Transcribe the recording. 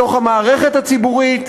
בתוך המערכת הציבורית,